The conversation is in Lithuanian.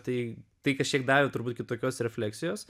tai tai kažkiek davė turbūt kitokios refleksijos